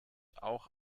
auch